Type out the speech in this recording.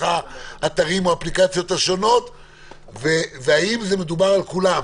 האתרים או האפליקציות השונות והאם מדובר על כולם,